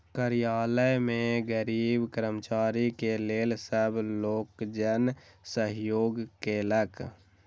कार्यालय में गरीब कर्मचारी के लेल सब लोकजन सहयोग केलक